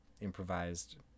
improvised